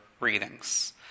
readings